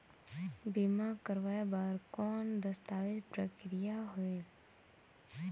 बीमा करवाय बार कौन दस्तावेज प्रक्रिया होएल?